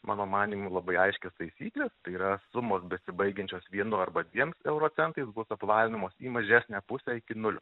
mano manymu labai aiškias taisykles tai yra sumos besibaigiančios vienu arba dviem euro centais bus apvalinamos į mažesnę pusę iki nulio